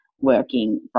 working